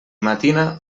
matina